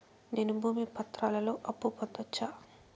నేను భూమి పత్రాలతో అప్పు పొందొచ్చా?